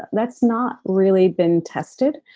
that's not really been tested.